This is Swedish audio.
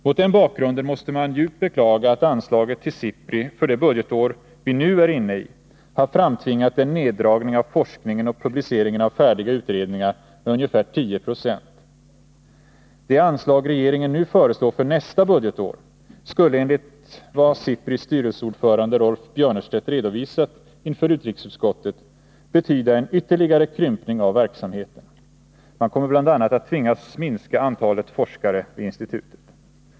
Mot den bakgrunden måste man djupt beklaga att anslaget till SIPRI för det budgetår vi nu är inne i har framtvingat en neddragning i fråga om forskningen och när det gäller publiceringen av färdiga utredningar med ungefär 10 20. Det anslag regeringen nu föreslår för nästa budgetår skulle enligt vad SIPRI:s styrelseordförande Rolf Björnerstedt redovisat inför utrikesutskottet betyda en ytterligare krympning av verksamheten. Man kommer bl.a. att tvingas minska antalet forskare vid institutet.